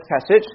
passage